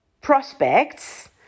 prospects